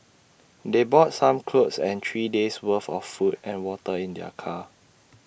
they brought some clothes and three days' worth of food and water in their car